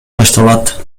башталат